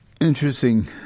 interesting